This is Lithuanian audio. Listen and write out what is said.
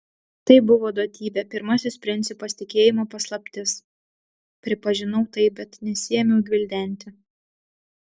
tai buvo duotybė pirmasis principas tikėjimo paslaptis pripažinau tai bet nesiėmiau gvildenti